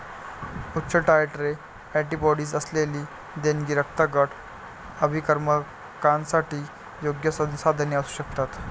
उच्च titre antibodies असलेली देणगी रक्तगट अभिकर्मकांसाठी योग्य संसाधने असू शकतात